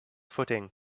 footing